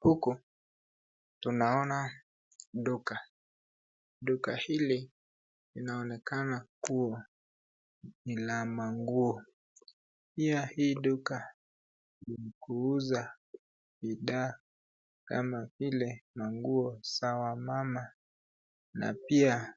Huku tunaona duka. Duka hili linaonekana kuwa ni la manguo. Pia, hii duka ni ya kuuza bidhaa kama vile manguo za wamama na pia